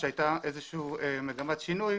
שהייתה איזושהי מגמת שינוי